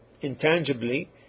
intangibly